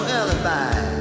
alibi